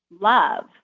love